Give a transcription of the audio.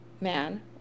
man